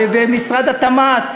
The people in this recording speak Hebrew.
ומשרד התמ"ת.